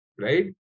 right